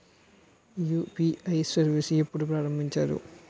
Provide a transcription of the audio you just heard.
UPI service ఎప్పుడు ప్రారంభించారు?